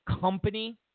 company